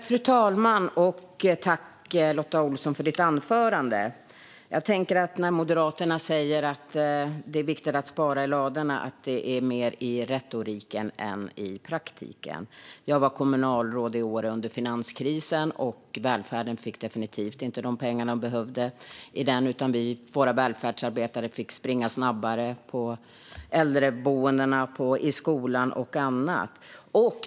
Fru talman! Tack, Lotta Olsson, för ditt anförande! När Moderaterna säger att det är viktigt att spara i ladorna tänker jag att det är mer i retoriken än i praktiken. Jag var kommunalråd i Åre under finanskrisen, och välfärden fick då definitivt inte de pengar den behövde. Våra välfärdsarbetare fick springa snabbare på äldreboendena, i skolan och på andra ställen.